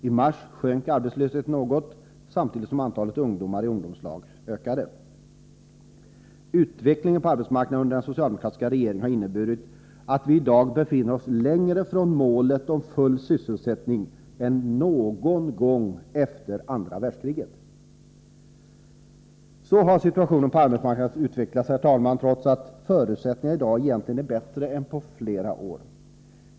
I mars sjönk arbetslösheten något, samtidigt som antalet ungdomar i ungdomslag ökade. Utvecklingen på arbetsmarknaden under den socialdemokratiska regeringen har inneburit att vi i dag befinner oss längre från målet full sysselsättning än någon gång efter andra världskriget. Så har situationen på arbetsmarknaden utvecklats, herr talman, trots att förutsättningarna i dag egentligen är bättre än på flera år.